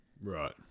Right